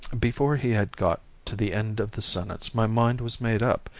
before he had got to the end of the sentence my mind was made up,